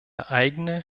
eigene